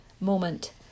moment